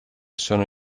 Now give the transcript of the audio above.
sono